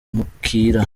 bimukira